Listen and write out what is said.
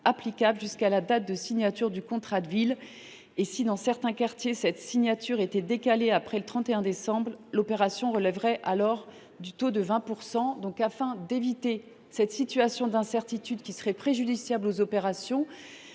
applicable jusqu’à la date de signature du contrat de ville. Et si, dans certains quartiers, la date de cette signature était renvoyée après le 31 décembre, l’opération relèverait alors du taux de 20 %. Afin d’éviter cette situation d’incertitude, qui serait préjudiciable aux opérations,